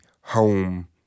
home